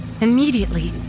Immediately